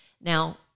Now